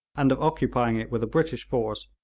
and of occupying it with a british force,